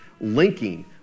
linking